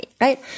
right